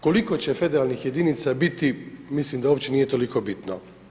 Koliko će federalnih jedinica biti, mislim da uopće nije toliko bitno.